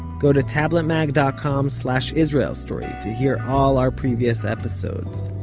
go to tabletmag dot com slash israel story to hear all our previous episodes.